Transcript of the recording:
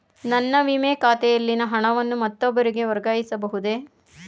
ನನ್ನ ವಿಮೆ ಖಾತೆಯಲ್ಲಿನ ಹಣವನ್ನು ಮತ್ತೊಬ್ಬರಿಗೆ ವರ್ಗಾಯಿಸ ಬಹುದೇ?